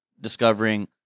discovering